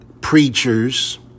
preachers